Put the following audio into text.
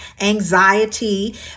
anxiety